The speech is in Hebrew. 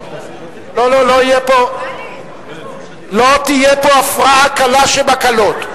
לא תהיה פה הפרעה קלה שבקלות.